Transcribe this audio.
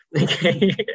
okay